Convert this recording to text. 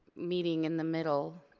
meeting in the middle.